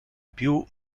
più